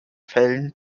fällen